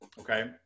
okay